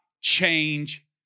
change